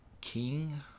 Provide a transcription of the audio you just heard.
King